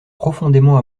profondément